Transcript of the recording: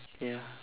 ya